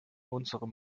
unserem